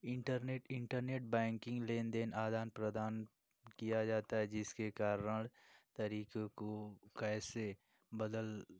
internet internet banking लेनदेन आदान प्रदान किया जाता है जिसके कार तरीकों को कैसे बदल